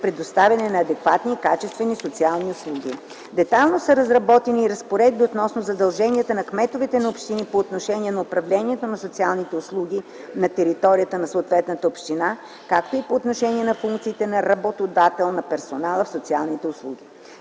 предоставянето на адекватни и качествени социални услуги. Детайлно са разработени и разпоредби относно задълженията на кметовете на общини по отношение на управлението на социалните услуги на територията на съответната община, както и по отношение на функциите на работодател на персонала в социалните услуги.